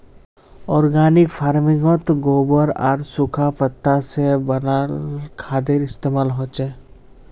organic फर्मिन्गोत गोबर आर सुखा पत्ता से बनाल खादेर इस्तेमाल होचे